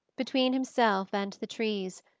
between himself and the trees,